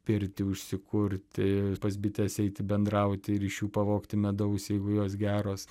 pirtį užsikurti pas bites eiti bendrauti ir iš jų pavogti medaus jeigu jos geros